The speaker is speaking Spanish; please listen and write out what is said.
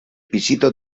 pisito